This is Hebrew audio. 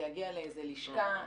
זה יגיע לאיזו לשכה.